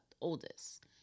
oldest